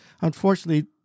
Unfortunately